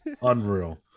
Unreal